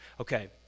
Okay